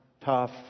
tough